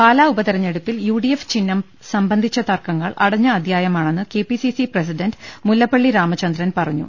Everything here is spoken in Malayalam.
പാലാ ഉപതെരഞ്ഞെടുപ്പിൽ യു ഡി എഫ് ചിഹ്നം സംബ ന്ധിച്ച തർക്കങ്ങൾ അടഞ്ഞ അധ്യായമാണെന്ന് K P C C president Mullappally Ramachandran പറഞ്ഞു